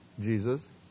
Jesus